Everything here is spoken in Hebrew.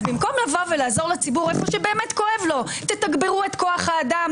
אז במקום לעזור לציבור במקום שבאמת כואב לו: תתגברו את כוח האדם,